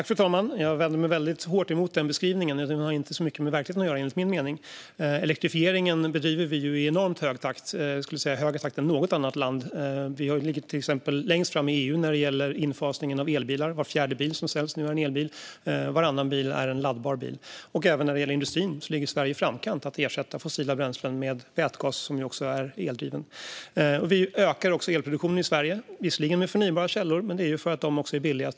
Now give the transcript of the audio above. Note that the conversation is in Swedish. Fru talman! Jag vänder mig bestämt mot den beskrivningen. Den har inte mycket med verkligheten att göra, enligt min mening. Elektrifiering bedriver vi i enormt hög takt - jag skulle säga högre takt än något annat land. Vi ligger till exempel längst fram i EU när det gäller infasningen av elbilar. Var fjärde bil som säljs nu är en elbil, och varannan bil är en laddbar bil. Även när det gäller industrin ligger Sverige i framkant i fråga om att ersätta fossila bränslen med vätgas, som ju också är eldriven. Vi ökar också elproduktionen i Sverige - visserligen med förnybara källor, men det är ju för att de är billigast.